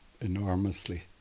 enormously